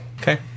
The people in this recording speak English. Okay